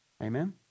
Amen